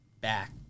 back